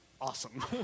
awesome